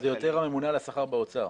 זה יותר הממונה על השכר באוצר.